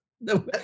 no